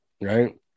Right